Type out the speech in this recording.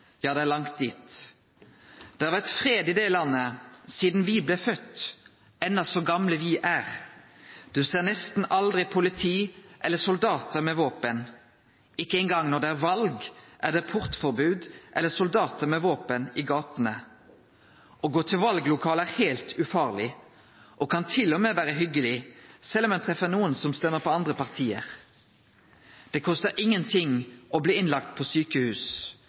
Ja, det er langt dit. Det har vært fred i det landet siden vi ble født, enda så gamle vi er. Du ser nesten aldri politi eller soldater med våpen. Ikke engang når det er valg, er det portforbud eller soldater med våpen i gatene. Å gå til valglokalet er helt ufarlig, og kan til og med være hyggelig, selv om en treffer noen som stemmer på andre partier. Det koster ingenting å bli innlagt på sykehus.